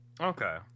Okay